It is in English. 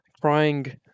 Crying